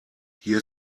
hier